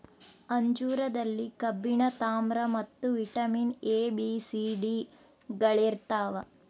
ಅಂಜೂರದಲ್ಲಿ ಕಬ್ಬಿಣ ತಾಮ್ರ ಮತ್ತು vitamin A B C D ಗಳಿರ್ತಾವ